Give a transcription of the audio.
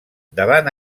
davant